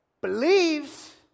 believes